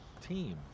team